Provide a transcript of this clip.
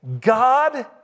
God